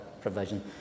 provision